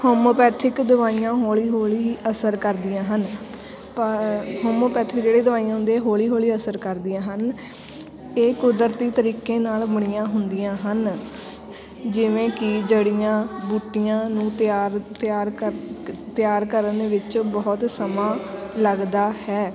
homeopathic ਦਵਾਈਆਂ ਹੌਲੀ ਹੌਲੀ ਅਸਰ ਕਰਦੀਆਂ ਹਨ ਹੋਮੋਪੈਥਿਕ ਜਿਹੜੀ ਦਵਾਈਆਂ ਹੁੰਦੀਆਂ ਇਹ ਹੌਲੀ ਹੌਲੀ ਅਸਰ ਕਰਦੀਆਂ ਹਨ ਇਹ ਕੁਦਰਤੀ ਤਰੀਕੇ ਨਾਲ ਬਣੀਆਂ ਹੁੰਦੀਆਂ ਹਨ ਜਿਵੇਂ ਕਿ ਜੜੀਆਂ ਬੂਟੀਆਂ ਨੂੰ ਤਿਆਰ ਤਿਆਰ ਕ ਤਿਆਰ ਕਰਨ ਦੇ ਵਿੱਚ ਬਹੁਤ ਸਮਾਂ ਲੱਗਦਾ ਹੈ